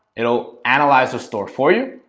it'll analyze the store for you